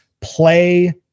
play